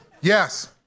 Yes